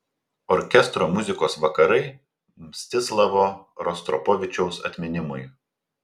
orkestro muzikos vakarai mstislavo rostropovičiaus atminimui